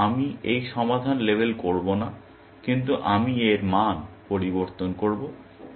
সুতরাং আমি এই সমাধান লেবেল করব না কিন্তু আমি এর মান পরিবর্তন করব